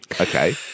Okay